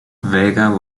vega